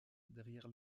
derrière